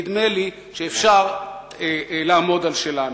נדמה לי שאפשר לעמוד על שלנו.